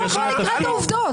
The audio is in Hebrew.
קודם שנקרא את העובדות.